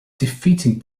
defeating